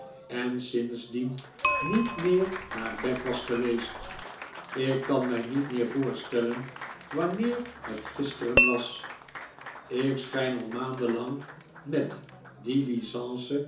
en sindsdien niet meer naar bed was geweest ik kan mij niet meer voorstellen wanneer het gisteren was ik schijn al maanden lang met die licence